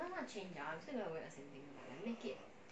why not change you answer the same thing make it